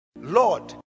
Lord